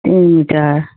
تین چار